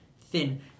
thin